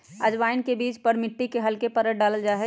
अजवाइन के बीज पर मिट्टी के हल्के परत डाल्ल जाहई